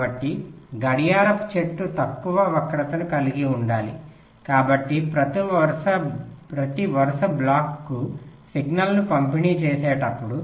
కాబట్టి గడియారపు చెట్టు తక్కువ వక్రతను కలిగి ఉండాలి కాబట్టి ప్రతి వరుస బ్లాక్కు సిగ్నల్ను పంపిణీ చేసేటప్పుడు